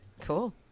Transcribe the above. cool